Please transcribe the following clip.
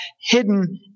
hidden